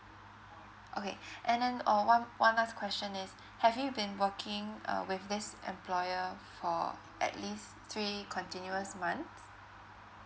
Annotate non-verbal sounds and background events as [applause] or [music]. okay [breath] and then or one one last question is have you been working uh with this employer for at least three continuous months